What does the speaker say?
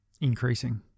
increasing